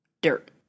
Dirt